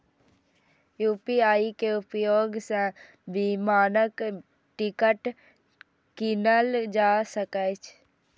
UPI के उपयोग सं विमानक टिकट कीनल जा सकैए